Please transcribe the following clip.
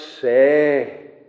say